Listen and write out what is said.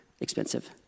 expensive